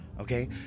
Okay